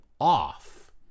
off